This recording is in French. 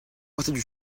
apporter